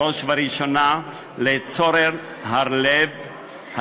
בראש ובראשונה לסורל הרלב,